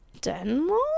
denmark